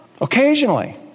Occasionally